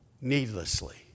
needlessly